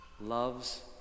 loves